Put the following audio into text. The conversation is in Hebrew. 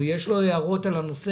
או אם יש לו הערות על הנושא,